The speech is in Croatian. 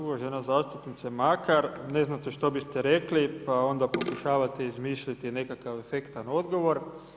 Uvažena zastupnice Makar, ne znate što biste rekli, pa onda pokušavate izmišljati nekakav efektan odgovor.